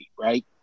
right